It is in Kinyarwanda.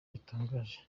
bitangaje